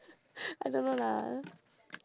I don't know lah